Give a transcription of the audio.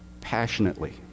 passionately